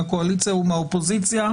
מהקואליציה ומהאופוזיציה,